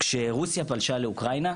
כשרוסיה פלשה לאוקראינה,